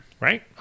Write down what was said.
Right